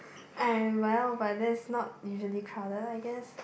and well but there is not usually crowded I guess